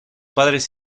padres